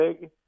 big